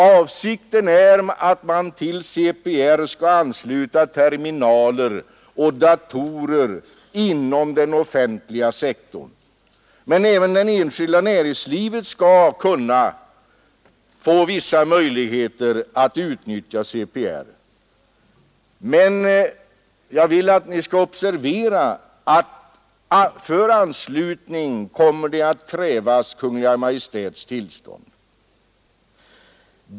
Avsikten är att man till CPR skall ansluta terminaler och datorer inom den offentliga sektorn, men även det enskilda näringslivet skall kunna få vissa möjligheter att utnyttja CPR. Men jag vill att ni skall observera att det för anslutning kommer att krävas Kungl. Maj:ts tillstånd.